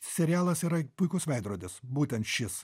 serialas yra puikus veidrodis būtent šis